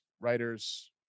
writers